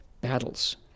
Battles